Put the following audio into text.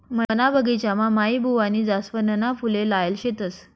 मना बगिचामा माईबुवानी जासवनना फुले लायेल शेतस